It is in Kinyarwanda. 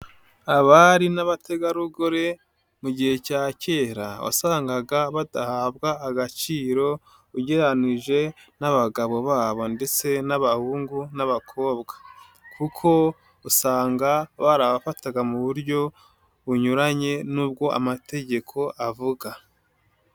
Abari n'abategarugori mu gihe cya kera wasangaga badahabwa agaciro ugereranije n'abagabo babo ndetse n'abahungu n'abakobwa kuko usanga barabafataga mu buryo bunyuranye n'ubwo amategeko avuga.